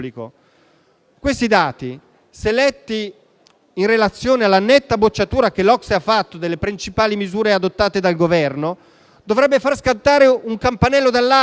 Questi dati, se letti in relazione alla netta bocciatura che l'OCSE ha fatto delle principali misure adottate dal Governo, dovrebbero far scattare un campanello d'allarme.